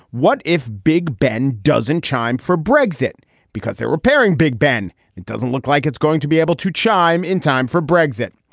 what if big ben doesn't chime for brexit because they're repairing big ben? it doesn't look like it's going to be able to chime in time for brexit.